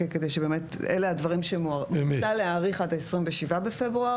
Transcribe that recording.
אלה הדברים שמוצע להאריך עד ה-27 בפברואר